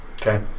Okay